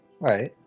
Right